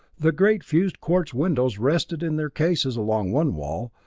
the great fused quartz windows rested in their cases along one wall,